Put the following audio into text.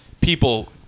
people